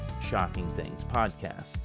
shockingthingspodcast